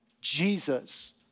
Jesus